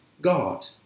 God